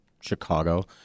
Chicago